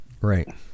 Right